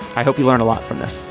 i hope you learn a lot from this.